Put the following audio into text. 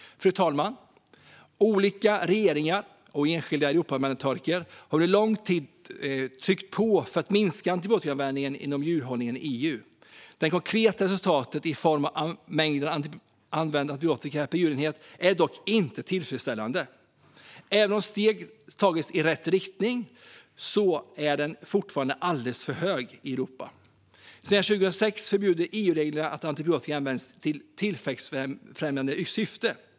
Fru talman! Olika regeringar och enskilda Europaparlamentariker har under en lång tid tryckt på för att minska antibiotikaanvändningen inom djurhållningen i EU. Det konkreta resultatet i form av mängden använd antibiotika per djurenhet är dock inte tillfredsställande. Även om steg tagits i rätt riktning är användningen fortfarande alldeles för hög i Europa. Sedan 2006 förbjuder EU-reglerna att antibiotika används i tillväxtfrämjande syfte.